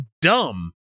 dumb